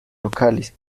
locales